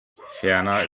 ferner